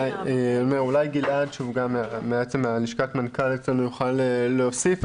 אולי גלעד שהוא גם מלשכת המנכ"ל אצלנו יוכל להוסיף.